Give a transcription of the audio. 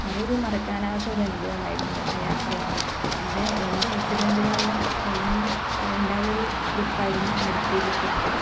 അതൊരു മറക്കാനാവാത്ത ഒരു അനുഭവമായിരുന്നു ആ യാത്രയിൽ അങ്ങനെ രണ്ട് ആക്സിഡന്റുകള് എല്ലാം കഴിഞ്ഞ് ഉണ്ടായ ഒരു ട്രിപ്പ് ആയിരുന്നു മടിക്കേരി ട്രിപ്പ്